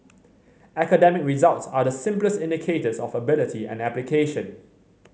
academic results are the simplest indicators of ability and application